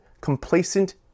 complacent